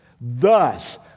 Thus